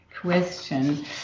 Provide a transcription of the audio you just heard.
question